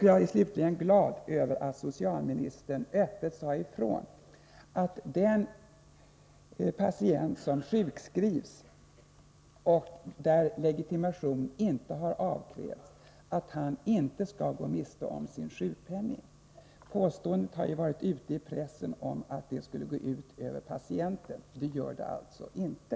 Jag är slutligen glad över att socialministern öppet sade ifrån att den patient som sjukskrivs utan att legitimation har avkrävts inte skall gå miste om sin sjukpenning. I pressen har påståtts att detta skulle gå ut över patienten; det gör det alltså inte.